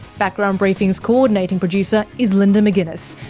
background briefing's coordinating producer is linda mcginness,